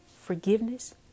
forgiveness